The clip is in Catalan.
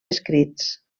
escrits